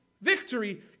victory